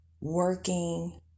working